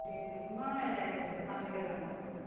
ঠিক আছে মই দোকানলৈকে যাম চাবলৈ